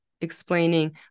explaining